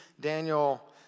Daniel